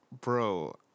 Bro